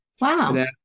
Wow